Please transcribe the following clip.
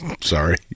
Sorry